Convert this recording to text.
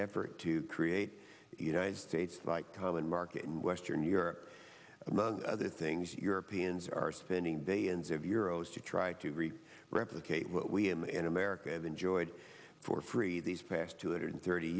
effort to create united states like common market in western europe among other things europeans are spending billions of euros to try to reap replicate what we in an america have enjoyed for free these past two hundred thirty